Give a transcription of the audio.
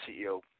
CEO